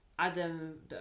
Adam